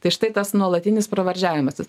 tai štai tas nuolatinis pravardžiavimasis